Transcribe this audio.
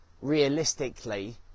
realistically